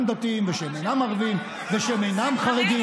דתיים ושהם אינם ערבים ושהם אינם חרדים.